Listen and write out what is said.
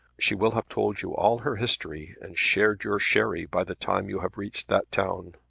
she will have told you all her history and shared your sherry by the time you have reached that town.